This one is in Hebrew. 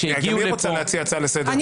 שיגיעו לפה --- גם אני רוצה להציע הצעה לסדר.